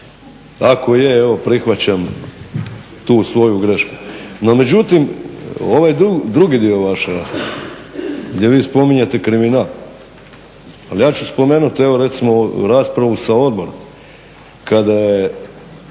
Ako je, evo prihvaćam tu svoju grešku. No međutim, ovaj drugi dio vaše rasprave gdje vi spominjete kriminal. Ali ja ću spomenuti evo recimo raspravu sa odborom kada je